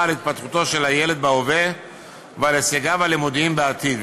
על התפתחותו של הילד בהווה ועל הישגיו הלימודיים בעתיד,